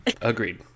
agreed